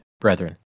brethren